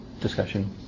discussion